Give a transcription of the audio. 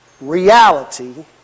reality